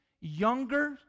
younger